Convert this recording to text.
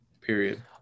period